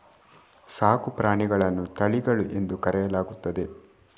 ಸಾಕು ಪ್ರಾಣಿಗಳನ್ನು ತಳಿಗಳು ಎಂದು ಕರೆಯಲಾಗುತ್ತದೆ